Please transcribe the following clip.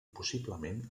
possiblement